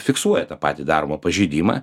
fiksuoja tą patį daromą pažeidimą